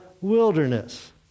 wilderness